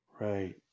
Right